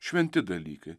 šventi dalykai